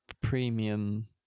premium